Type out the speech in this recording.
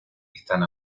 están